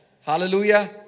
Hallelujah